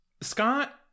Scott